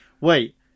wait